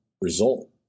result